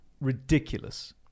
ridiculous